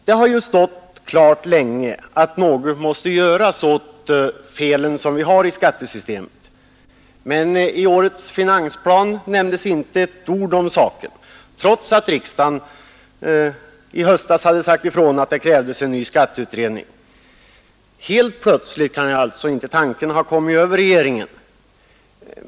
Det har ju länge stått klart att något måste göras åt felen i skattesystemet. Men i årets finansplan nämndes inte ett ord om saken, trots att riksdagen i höstas krävde en ny skatteutredning. Helt plötsligt kan därför inte tanken ha kommit över regeringen.